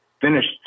Finished